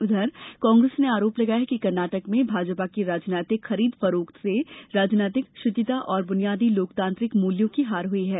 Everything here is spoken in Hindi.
उधर कांग्रेस ने आरोप लगाया है कि कर्नाटक में भाजपा की राजनीतिक खरीद फरोख्त से राजनीतिक शुचिता और बुनियादी लोकतांत्रिक मूल्यों की हार हुई है